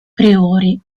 priori